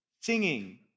singing